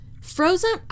Frozen